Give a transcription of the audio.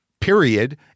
period